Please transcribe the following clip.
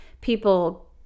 people